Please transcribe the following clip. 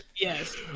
yes